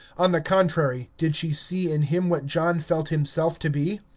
on the contrary, did she see in him what john felt himself to be?